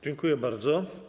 Dziękuję bardzo.